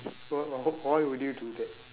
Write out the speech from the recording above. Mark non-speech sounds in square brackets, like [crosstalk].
[laughs] why why why would you do that